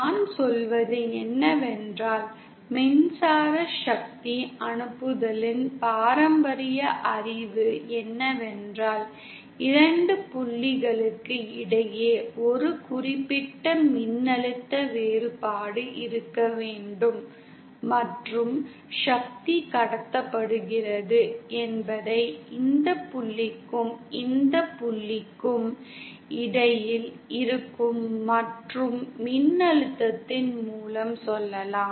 நான் சொல்வது என்னவென்றால் மின்சார சக்தி அனுப்புதலின் பாரம்பரிய அறிவு என்னவென்றால் 2 புள்ளிகளுக்கு இடையே ஒரு குறிப்பிட்ட மின்னழுத்த வேறுபாடு இருக்க வேண்டும் மற்றும் சக்தி கடத்தப்படுகிறது என்பதை இந்த புள்ளிக்கும் இந்த புள்ளிக்கும் இடையில் இருக்கும் மற்றும் மின்னழுத்தத்தின் மூலம் சொல்லலாம்